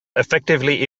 effectively